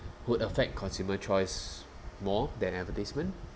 would affect consumer choices more than advertisement